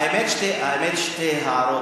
האמת, שתי הערות